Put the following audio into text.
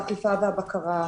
האכיפה והבקרה.